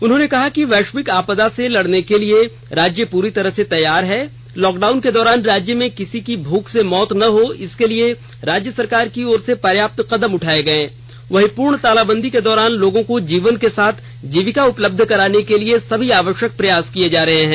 उन्होंने कहा कि वैश्विक आपदा से लड़ने के लिए पूरी तरह से तैयार है लॉकडाउन के दौरान राज्य में किसी की भूख से मौत न हो इसके लिए सरकार की ओर से पर्याप्त कदम उठाये गये वहीं पूर्ण तालाबंदी के दौरान लोगों को जीवन के साथ जीविका उपलब्ध कराने के लिए सभी आवश्यक प्रयास किये जा रहे हैं